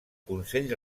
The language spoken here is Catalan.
consell